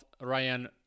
Ryan